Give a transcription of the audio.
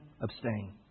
abstain